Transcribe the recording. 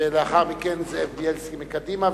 ולאחר מכן, חבר הכנסת זאב בילסקי מקדימה.